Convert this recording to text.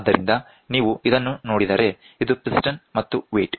ಆದ್ದರಿಂದ ನೀವು ಇದನ್ನು ನೋಡಿದರೆ ಇದು ಪಿಸ್ಟನ್ ಮತ್ತು ವೇಟ್